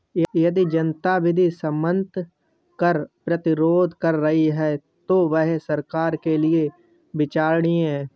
यदि जनता विधि सम्मत कर प्रतिरोध कर रही है तो वह सरकार के लिये विचारणीय है